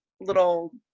little